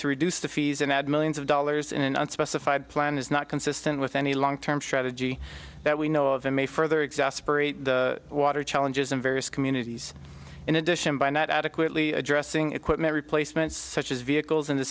to reduce the fees and add millions of dollars in an unspecified plan is not consistent with any long term strategy that we know of it may further exasperate the water challenges in various communities in addition by not adequately addressing equipment replacements such as vehicles in th